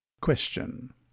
Question